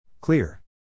Clear